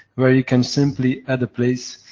where you can simply add a place,